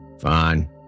Fine